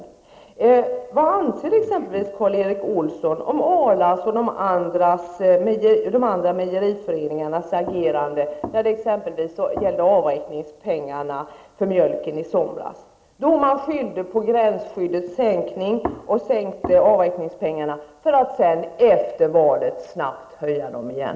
Jag tycker inte det har framgått av vad han har sagt. Vad anser Karl Erik Olsson om exempelvis Arlas och de andra mejeriföreningarnas agerande beträffande avräkningspengarna för mjölken i somras? Då skyllde man på gränsskyddets sänkning. Man sänkte avräkningspengarna för att efter valet snabbt höja dem igen.